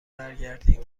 برگردیم